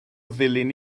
ddulyn